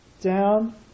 down